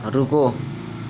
रुको